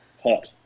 Hot